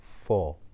four